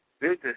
business